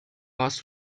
warst